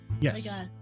yes